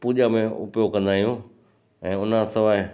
पूजा में उपयोगु कंदा आहियूं ऐं उनखां सवाइ